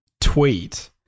tweet